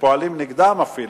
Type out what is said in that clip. ופועלים נגדם אפילו,